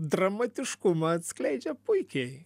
dramatiškumą atskleidžia puikiai